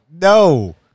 no